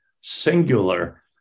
singular